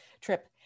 trip